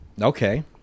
Okay